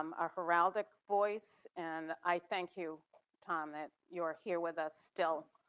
um our heraldic voice and i thank you tom that you're here with us still,